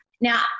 Now